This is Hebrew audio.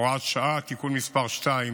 הוראת שעה) (תיקון מס' 2),